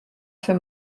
für